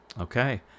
Okay